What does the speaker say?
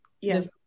yes